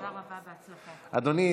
אדוני,